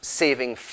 saving